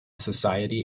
society